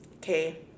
Okay